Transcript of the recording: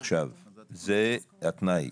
זה התנאי.